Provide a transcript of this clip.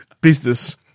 business